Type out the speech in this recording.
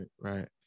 right